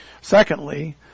Secondly